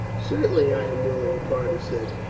certainly i am willing, parta said.